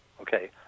okay